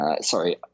Sorry